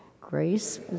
grace